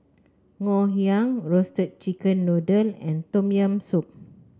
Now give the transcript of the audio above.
Ngoh Hiang Roasted Chicken Noodle and Tom Yam Soup